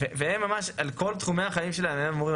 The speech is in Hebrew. והם אמורים לתת להם מענה על כל תחומי החיים שלהם?